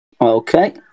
Okay